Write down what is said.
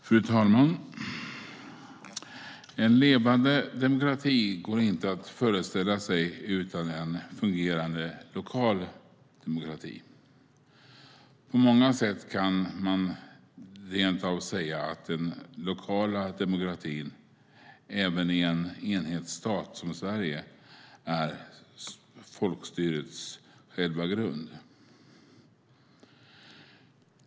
Fru talman! En levande demokrati går inte att föreställa sig utan en fungerande lokal demokrati. På många sätt kan man rent av säga att den lokala demokratin även i en enhetsstat som Sverige är folkstyrets själva grund.